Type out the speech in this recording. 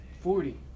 Forty